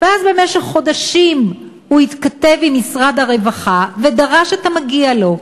ואז במשך חודשים הוא התכתב עם משרד הרווחה ודרש את המגיע לו.